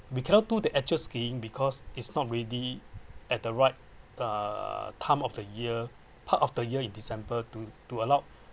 we cannot do the actual skiing because it's not ready at the right uh time of the year part of the year in december to to allow